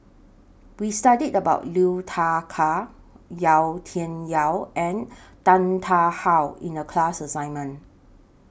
We studied about Liu Thai Ker Yau Tian Yau and Tan Tarn How in The class assignment